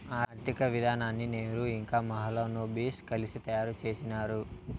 ఆర్థిక విధానాన్ని నెహ్రూ ఇంకా మహాలనోబిస్ కలిసి తయారు చేసినారు